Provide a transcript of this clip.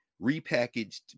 repackaged